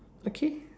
okay